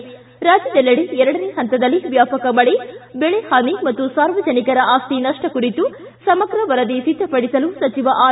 ರ್ಷಿ ರಾಜ್ಯದಲ್ಲೆಡೆ ಎರಡನೇ ಹಂತದಲ್ಲಿ ವ್ಯಾಪಕ ಮಳೆ ಬೆಳೆಹಾನಿ ಮತ್ತು ಸಾರ್ವಜನಿಕರ ಆಸ್ತಿ ನಪ್ಪ ಕುರಿತು ಸಮಗ್ರ ಸಚಿವ ವರದಿ ಸಿದ್ದಪಡಿಸಲು ಆರ್